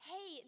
Hey